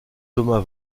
thomas